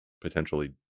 potentially